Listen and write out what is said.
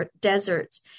deserts